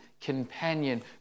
companion